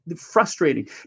frustrating